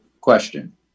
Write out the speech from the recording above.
question